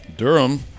Durham